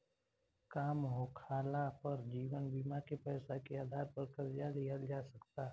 काम होखाला पर जीवन बीमा के पैसा के आधार पर कर्जा लिहल जा सकता